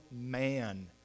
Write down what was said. man